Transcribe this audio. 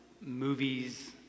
movies